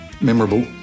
Memorable